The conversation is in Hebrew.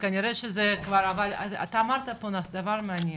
אתה אמרת פה דבר מעניין,